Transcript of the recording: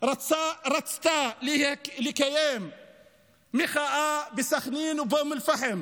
רצתה לקיים מחאה בסח'נין ובאום אל-פחם